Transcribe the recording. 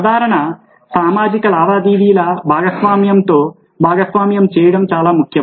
సాధారణ సామాజిక లావాదేవీల భాగస్వామ్యంతో భాగస్వామ్యం చేయడం చాలా ముఖ్యం